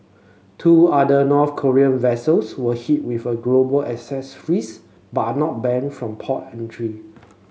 two other North Korean vessels were hit with a global assets freeze but are not banned from port entry